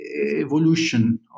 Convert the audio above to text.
evolution